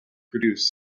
produce